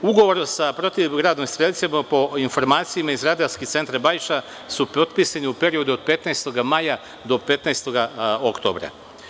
Ugovor sa protivgradnim strelcima, po informacijama iz radarskih centra Bajša, su potpisani u periodu od 15. maja do 15. oktobra.